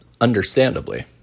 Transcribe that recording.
understandably